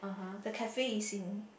the cafe is in